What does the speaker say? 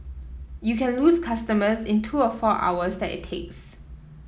you can lose customers in the two or four hours that it takes